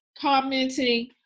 commenting